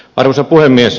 arvoisa puhemies